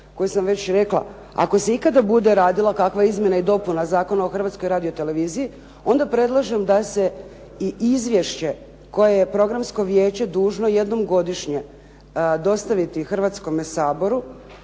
koju sam već rekla. Ako se ikada bude radila kakva izmjena i dopuna Zakona o Hrvatskoj radio-televiziji onda predlažem da se i izvješće koje je Programsko vijeće dužno jednom godišnje dostaviti Hrvatskome saboru